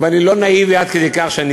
ואני לא נאיבי עד כדי כך לחשוב שאני